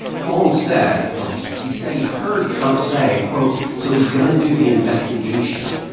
holmes said or he said he heard trump say, quote, so he's going to do the investigation.